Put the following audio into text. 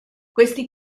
questi